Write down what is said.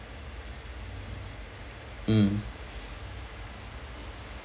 mm